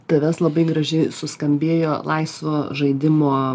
tavęs labai gražiai suskambėjo laisvo žaidimo